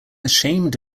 ashamed